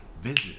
Visit